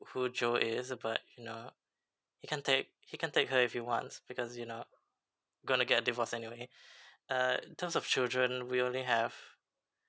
who jo is but you know he can take he can take her if he wants because you know going to get a divorced anyway uh in terms of children we only have